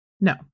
No